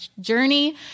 journey